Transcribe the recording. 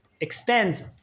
extends